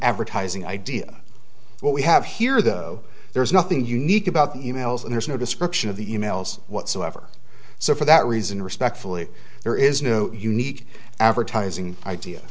advertising idea what we have here though there's nothing unique about the e mails and there's no description of the e mails whatsoever so for that reason respectfully there is no unique advertising idea